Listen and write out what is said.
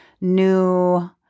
new